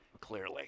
clearly